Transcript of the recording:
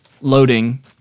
loading